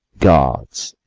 gods!